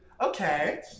Okay